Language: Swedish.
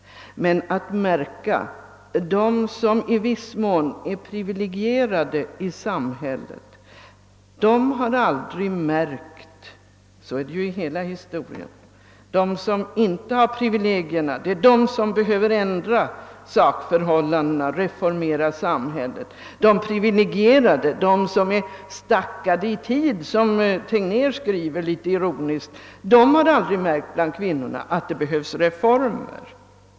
Men det är att märka att de som i viss mån är privilegierade i samhället aldrig har märkt några missförhållanden. Så är det för övrigt i hela historien. Det är de som inte har privilegierna som behöver ändra sakförhållandena, reformera samhället. De privilegierade bland kvinnorna, de som är stackade i tid, som Tegnér litet ironiskt skriver, har aldrig märkt att det behövs reformer.